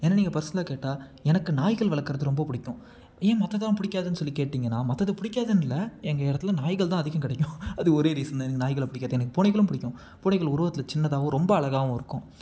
என்னை நீங்கள் ஃபர்ஸ்னலா கேட்டால் எனக்கு நாய்கள் வளக்கிறது ரொம்ப பிடிக்கும் ஏன் மற்றதெல்லாம் பிடிக்காதுன்னு சொல்லி கேட்டீங்கன்னா மற்றத பிடிக்காதுன் இல்லை எங்கள் இடத்துல நாய்கள் தான் அதிகம் கெடைக்கும் அது ஒரே ரீசன் தான் எனக்கு நாய்கள பிடிக்கும் அது எனக்கு பூனைகளும் பிடிக்கும் பூனைகள் உருவத்தில் சின்னதாகவும் ரொம்ப அழகாகவும் இருக்கும்